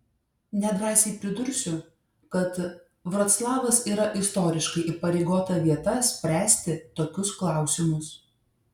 nedrąsiai pridursiu kad vroclavas yra istoriškai įpareigota vieta spręsti tokius klausimus